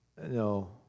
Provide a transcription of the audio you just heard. No